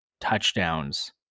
touchdowns